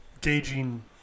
gauging